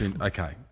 Okay